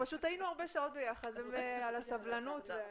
פשוט היינו הרבה שעות ביחד ואני מודה על הסבלנות.